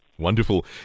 Wonderful